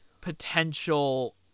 potential